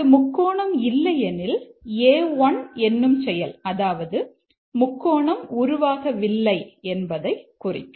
அது முக்கோணம் இல்லையெனில் A1 என்னும் செயல் அதாவது முக்கோணம் உருவாகவில்லை என்பதை குறிக்கும்